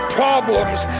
problems